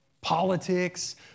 politics